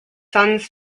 sons